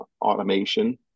automation